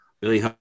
Billy